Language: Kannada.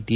ಟಿ